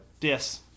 Yes